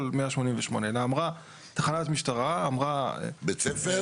188 אלא אמרה תחנת משטרה או בית ספר,